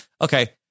okay